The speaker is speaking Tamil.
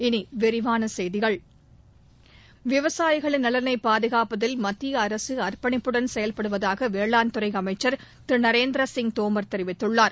இனி விரிவான செய்திகள் விவசாயிகளின் நலனை பாதுகாப்பதில் மத்திய அரசு அர்ப்பணிப்புடன் செயல்படுவதாக வேளாண் துறை அமைச்சர் திரு நரேந்திரசிய் தோமர் தெரிவித்துள்ளார்